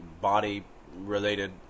body-related